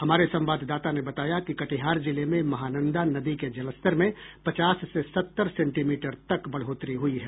हमारे संवाददाता ने बताया कि कटिहार जिले में महानंदा नदी के जलस्तर में पचास से सत्तर सेंटीमीटर तक बढ़ोतरी हुई है